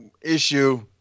issue